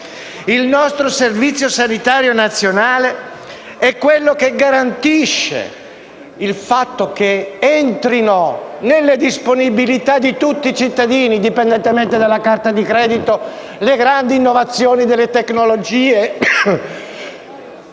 Il nostro Servizio sanitario è quello che garantisce che entrino nelle disponibilità di tutti i cittadini, indipendentemente dalla carta di credito, le grandi innovazioni delle tecnologie,